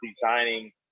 designing